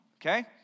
Okay